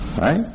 Right